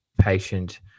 patient